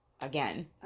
again